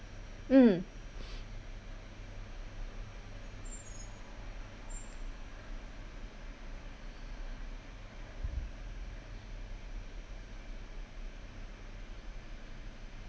mm